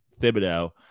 Thibodeau